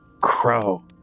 Crow